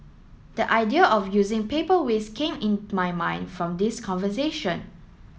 the idea of using paper waste came in my mind from this conversation